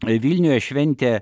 vilniuje šventė